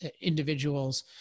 individuals